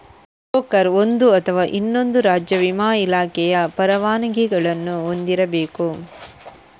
broker ಒಂದು ಅಥವಾ ಇನ್ನೊಂದು ರಾಜ್ಯ ವಿಮಾ ಇಲಾಖೆಯ ಪರವಾನಗಿಗಳನ್ನು ಹೊಂದಿರಬೇಕು